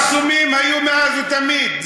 מחסומים היו מאז ומתמיד.